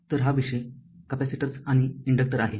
तर हा विषय कॅपेसिटर्स आणि इन्डक्टर आहे